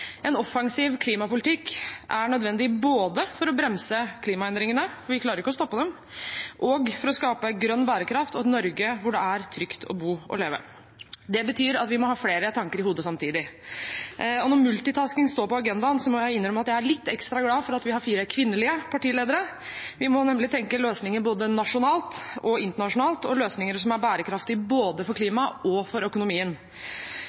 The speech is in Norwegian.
En offensiv klimapolitikk er nødvendig både for å bremse klimaendringene – for vi klarer ikke å stoppe dem – og for å skape grønn bærekraft og et Norge hvor det er trygt å bo og leve. Det betyr at vi må ha flere tanker i hodet samtidig. Når multitasking står på agendaen, må jeg innrømme at jeg er litt ekstra glad for at vi har fire kvinnelige partiledere. Vi må nemlig tenke løsninger både nasjonalt og internasjonalt og løsninger som er bærekraftige både for klimaet og for økonomien.